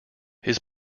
his